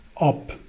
up